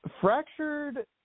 fractured